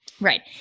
Right